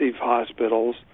hospitals